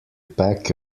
pack